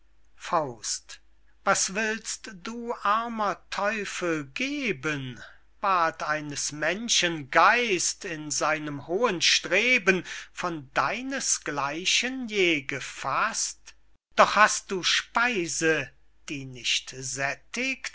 gesehn was willst du armer teufel geben ward eines menschen geist in seinem hohen streben von deines gleichen je gefaßt doch hast du speise die nicht